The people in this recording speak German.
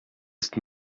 ist